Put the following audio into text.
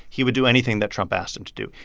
he would do anything that trump asked him to do.